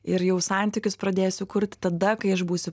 ir jau santykius pradėsiu kurti tada kai aš būsiu